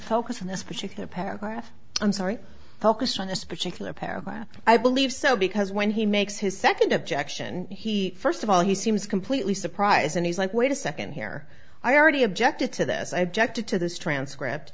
focus on this particular paragraph i'm sorry focused on this particular paragraph i believe so because when he makes his second objection he first of all he seems completely surprised and he's like wait a second here i already objected to this i just did to this transcript